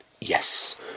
Yes